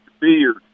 beard